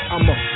I'ma